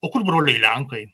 o kur broliai lenkai